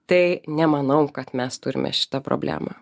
tai nemanau kad mes turime šitą problemą